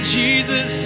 jesus